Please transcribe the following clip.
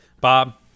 Bob